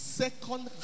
second